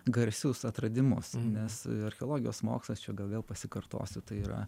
garsius atradimus nes archeologijos mokslas čia gal vėl pasikartosiu tai yra